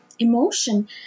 emotion